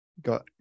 got